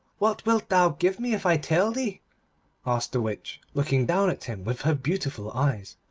what wilt thou give me if i tell thee asked the witch, looking down at him with her beautiful eyes.